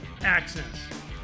Access